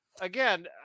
Again